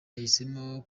yahisemo